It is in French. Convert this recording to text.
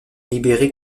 libéré